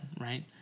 right